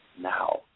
Now